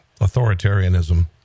authoritarianism